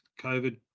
COVID